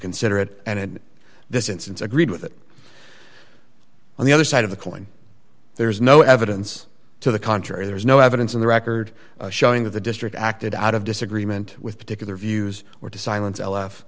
consider it and in this instance agreed with it on the other side of the coin there is no evidence to the contrary there is no evidence in the record showing that the district acted out of disagreement with particular views or to silence l f